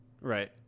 Right